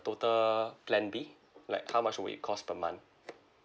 total plan be like how much will it cost per month